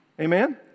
Amen